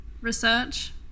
research